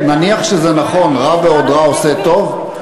נניח שזה נכון, רע ועוד רע עושה טוב?